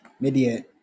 Media